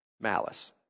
malice